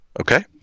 Okay